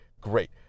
Great